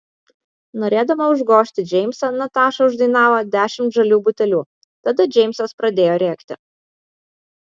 norėdama užgožti džeimsą nataša uždainavo dešimt žalių butelių tada džeimsas pradėjo rėkti